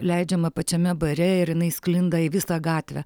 leidžiama pačiame bare ir jinai sklinda į visą gatvę